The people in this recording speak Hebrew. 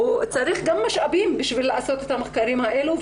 צריך גם משאבים בשביל לעשות את המחקרים האלו,